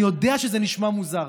אני יודע שזה נשמע מוזר.